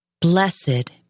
Blessed